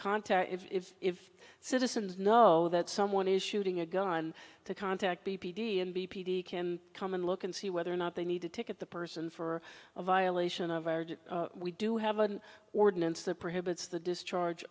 contact if citizens know that someone is shooting a gun to contact the p d and b p t can come and look and see whether or not they need to ticket the person for a violation of our we do have an ordinance that prohibits the discharge